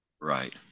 Right